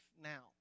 now